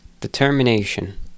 determination